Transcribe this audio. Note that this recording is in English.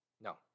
No